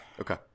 okay